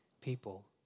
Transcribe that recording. people